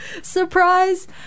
surprise